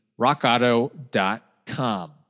rockauto.com